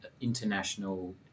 international